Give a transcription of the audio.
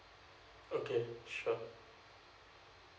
okay sure